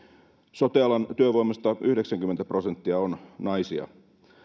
sote alan työvoimasta yhdeksänkymmentä prosenttia on naisia